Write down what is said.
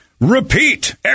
repeat